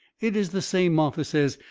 it is the same, martha says,